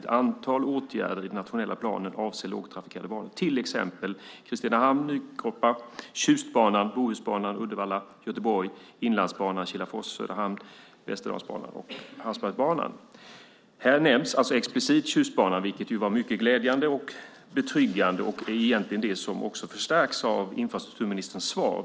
Ett antal åtgärder i den nationella planen avser lågtrafikerade banor. Till exempel Kristinehamn-Nykroppa, Tjustbanan, Bohusbanan , Inlandsbanan, Kilafors-Söderhamn, Västerdalsbanan och Hargshamnsbanan." Här nämns alltså explicit Tjustbanan, vilket var mycket glädjande och betryggande. Det förstärks också av infrastrukturministerns svar.